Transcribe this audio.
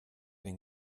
den